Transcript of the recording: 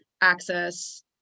access